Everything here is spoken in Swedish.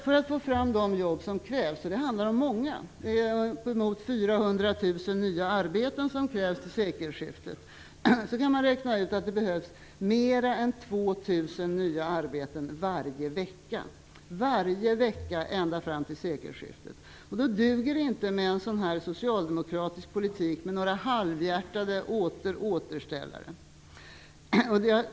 För att få fram de jobb som krävs fram till sekelskiftet - och det handlar om många, uppemot 400 000 nya arbeten - kan man räkna ut att det behövs mer än 2 000 nya arbeten varje vecka. Varje vecka ända fram till sekelskiftet! Då duger inte en sådan här socialdemokratisk politik, med några halvhjärtade "återåterställare".